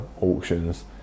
auctions